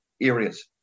areas